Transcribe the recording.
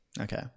Okay